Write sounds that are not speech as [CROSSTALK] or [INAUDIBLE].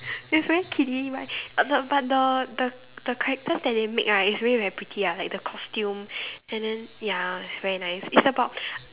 it's very kiddie right but but the the the characters that they make right it's really very pretty ah like the costume and then ya it's very nice it's about [BREATH]